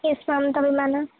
یس ma'am تبھی میں نے